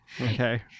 okay